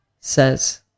says